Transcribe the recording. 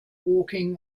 walking